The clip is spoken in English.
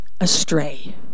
astray